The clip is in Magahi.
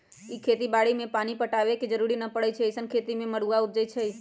इ खेती बाड़ी में पानी पटाबे के जरूरी न परै छइ अइसँन खेती में मरुआ उपजै छइ